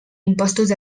impostos